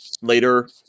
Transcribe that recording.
later